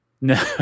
No